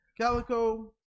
Calico